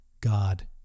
God